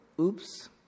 oops